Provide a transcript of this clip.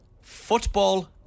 football